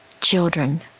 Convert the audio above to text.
children